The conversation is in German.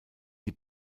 die